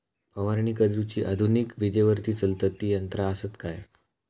फवारणी करुची आधुनिक विजेवरती चलतत ती यंत्रा आसत काय?